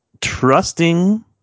Trusting